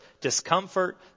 discomfort